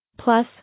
Plus